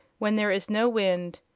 when there is no wind.